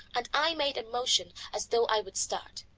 and i made a motion as though i would start.